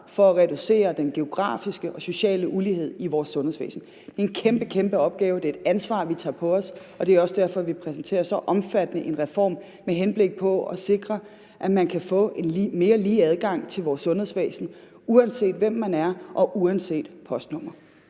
for at reducere den geografiske og sociale ulighed i vores sundhedsvæsen, som den gør. Det er en kæmpe, kæmpe opgave, og det er et ansvar, vi tager på os, og det er også derfor, vi præsenterer en så omfattende reform med henblik på at sikre, at man kan få en mere lige adgang til vores sundhedsvæsen, uanset hvem man er, og uanset ens postnummer.